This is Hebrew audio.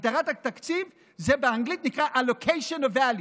הגדרת התקציב נקראת באנגלית allocation of values.